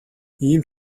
ийм